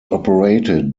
operated